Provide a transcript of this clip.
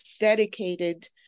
dedicated